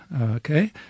okay